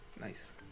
Nice